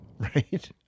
Right